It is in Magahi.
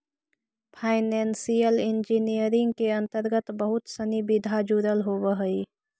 फाइनेंशियल इंजीनियरिंग के अंतर्गत बहुत सनि विधा जुडल होवऽ हई